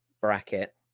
bracket